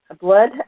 blood